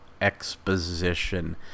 exposition